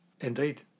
Indeed